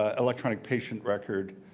ah electronic patient record.